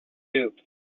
soup